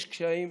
יש קשיים,